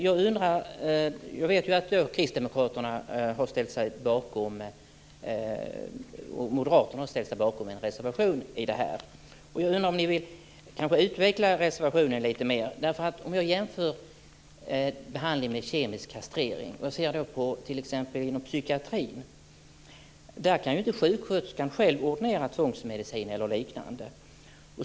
Jag vet att Kristdemokraterna och Moderaterna har ställt sig bakom en reservation här men kanske kunde ni utveckla reservationen lite mera. Man kan jämföra med behandling med kemisk kastrering, t.ex. inom psykiatrin. Sjuksköterskan själv kan inte ordinera tvångsmedicin eller liknande.